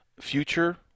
future